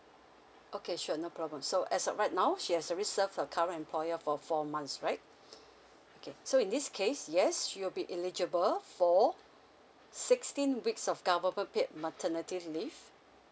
okay sure no problem so as of right now she has already serve her current employer for four months right okay so in this case yes she will be eligible for sixteen weeks of government paid maternity leave